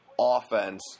offense